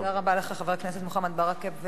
תודה רבה לך, חבר הכנסת מוחמד ברכה.